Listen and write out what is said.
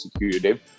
executive